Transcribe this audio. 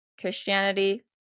christianity